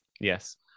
yes